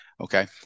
Okay